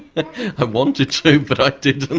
but i wanted to but i didn't.